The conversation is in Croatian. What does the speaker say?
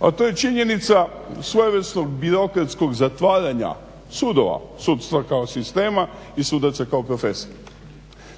A to je činjenica svojevrsnog birokratskog zatvaranja sudova, sudstva kao sistema i sudaca kao profesije.